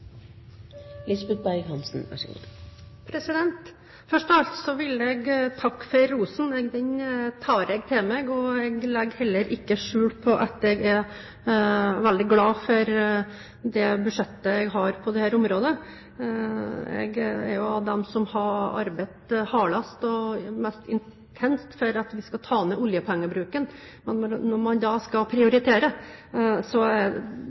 meg. Jeg legger heller ikke skjul på at jeg er veldig glad for det budsjettet jeg har på dette området. Jeg er jo av dem som har arbeidet hardest og mest intenst for å få ned oljepengebruken. Når man